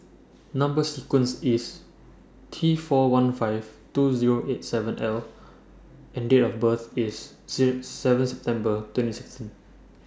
Number sequence IS T four one five two Zero eight seven L and Date of birth IS seven September twenty sixteen